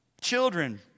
children